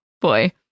Boy